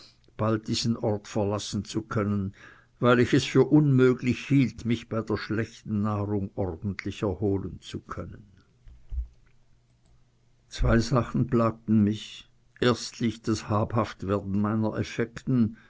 bald diesen ort verlassen zu können weil ich es für unmöglich hielt mich bei der schlechten nahrung ordentlich erholen zu können zwei sachen plagten mich erstlich das habhaftwerden meiner